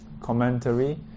commentary